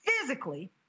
physically